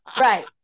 Right